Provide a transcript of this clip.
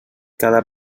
cada